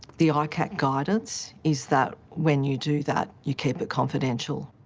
the ah icac guidance is that when you do that, you keep it confidential.